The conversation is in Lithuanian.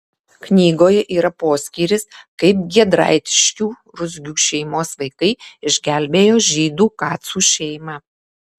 knygoje yra poskyris kaip giedraitiškių ruzgių šeimos vaikai išgelbėjo žydų kacų šeimą